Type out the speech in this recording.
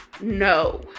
no